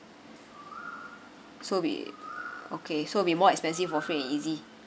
so be okay so be more expensive for free and easy